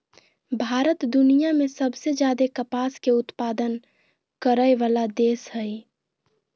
भारत दुनिया में सबसे ज्यादे कपास के उत्पादन करय वला देश हइ